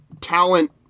talent